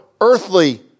earthly